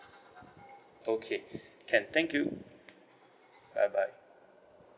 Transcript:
okay can thank you bye bye